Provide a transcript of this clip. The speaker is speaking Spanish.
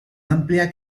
amplia